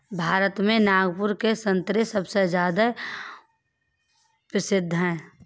भारत में नागपुर के संतरे सबसे ज्यादा प्रसिद्ध हैं